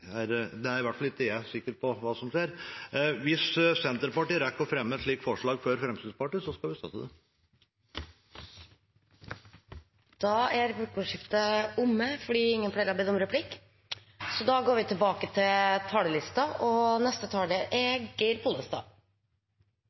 er i hvert fall ikke jeg sikker på hva som skjer. Hvis Senterpartiet rekker å fremme et slikt forslag før Fremskrittspartiet, skal vi støtte det. Replikkordskiftet er omme. Årets jordbruksoppgjer har vore spesielt. Då ein valde å setja seg ned ved forhandlingsbordet, vart ein raskt einig om ein avtale, og